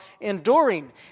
enduring